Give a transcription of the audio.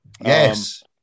Yes